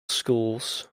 schools